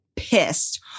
Pissed